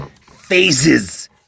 phases